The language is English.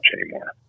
anymore